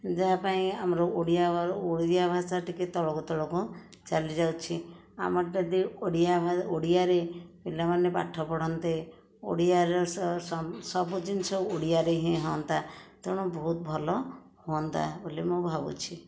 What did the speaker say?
ଯାହା ପାଇଁ ଆମର ଓଡ଼ିଆ ଓଡ଼ିଆ ଭାଷା ଟିକେ ତଳକୁ ତଳକୁ ଚାଲିଯାଉଛି ଆମର ଯଦି ଓଡ଼ିଆ ଓଡ଼ିଆରେ ପିଲାମାନେ ପାଠ ପଢ଼ନ୍ତେ ଓଡ଼ିଆ ସବୁ ଜିନିଷ ଓଡ଼ିଆରେ ହିଁ ହୁଅନ୍ତା ତେଣୁ ବହୁତ ଭଲ ହୁଅନ୍ତା ବୋଲି ମୁଁ ଭାବୁଛି